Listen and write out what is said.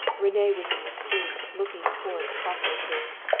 rene was in the street looking toward the poplar trees.